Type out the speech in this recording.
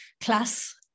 class